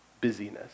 busyness